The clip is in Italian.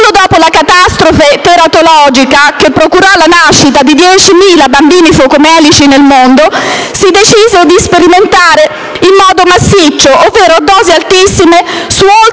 Solo dopo la catastrofe teratologica che procurò la nascita di 10.000 bambini focomelici nel mondo si decise di sperimentare in modo massiccio, ovvero a dosi altissime su oltre